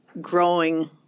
growing